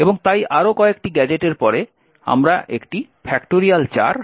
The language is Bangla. এবং তাই আরও কয়েকটি গ্যাজেটের পরে আমরা একটি 4